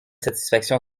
satisfaction